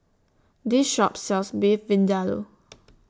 This Shop sells Beef Vindaloo